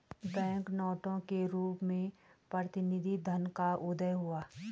bank नोटों के रूप में प्रतिनिधि धन का उदय हुआ